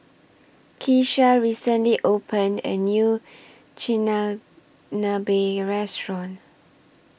Keesha recently opened A New Restaurant